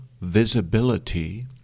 visibility